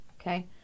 Okay